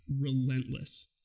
relentless